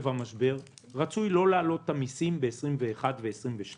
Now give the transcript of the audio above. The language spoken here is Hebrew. המשבר רצוי לא להעלות את המיסים ב-2021 ו-2022,